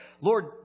Lord